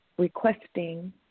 Requesting